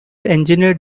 engineered